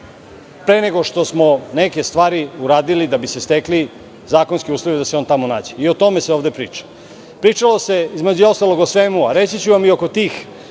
pre nego što smo neke stvari uradili da bi se stekli zakonski uslovi da se on tamo nađe, i o tome se ovde priča. Pričalo se, između ostalog, o svemu. Reći ću vam i oko tih,